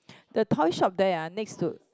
the toy shop there ah next to